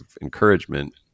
encouragement